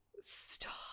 Stop